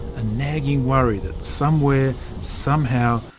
a nagging worry that somewhere, somehow,